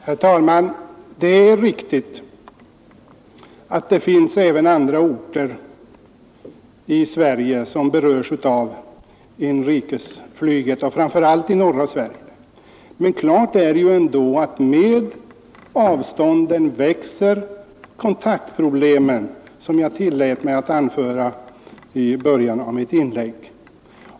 Herr talman! Det är riktigt att det även finns andra orter i Sverige som berörs av inrikesflyget, framför allt i norra Sverige. Men klart är ändå att med avstånden växer kontaktproblemen, vilket jag tillät mig att anföra i ett tidigare inlägg.